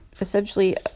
essentially